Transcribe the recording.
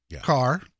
car